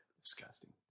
disgusting